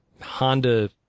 Honda